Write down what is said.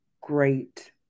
great